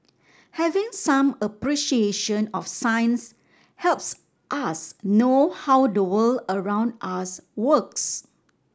having some appreciation of science helps us know how the world around us works